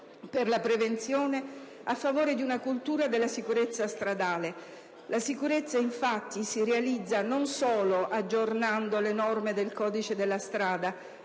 per la prevenzione a favore di una cultura della sicurezza stradale. La sicurezza, infatti, si realizza non solo aggiornando le norme del codice della strada,